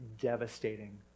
devastating